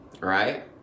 right